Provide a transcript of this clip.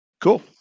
Cool